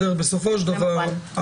בסופו של דבר,